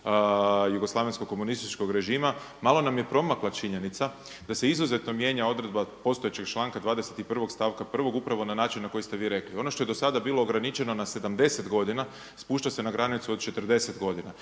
jugoslavenskog komunističkog režima, malo nam je promakla činjenica da se izuzetno mijenja odredba postojećeg članka 21. stavka 1. upravo na način na koji ste vi rekli. Ono što je do sada bilo ograničeno na 70 godina, spušta se na granicu od 40 godina